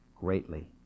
greatly